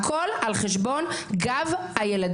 הכול על חשבון הילדים.